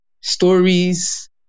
stories